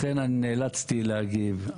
לכן נאלצתי להגיב.